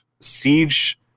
Siege